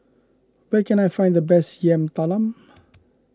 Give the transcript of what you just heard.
where can I find the best Yam Talam